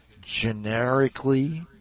generically